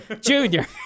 Junior